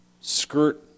skirt